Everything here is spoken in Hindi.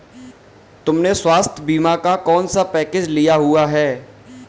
तुमने स्वास्थ्य बीमा का कौन सा पैकेज लिया हुआ है?